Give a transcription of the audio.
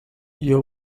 your